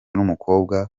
n’umukobwa